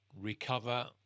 recover